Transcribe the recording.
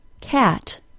cat